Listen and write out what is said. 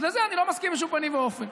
אז לזה אני לא מסכים בשום פנים ואופן.